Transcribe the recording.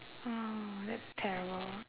oh that's terrible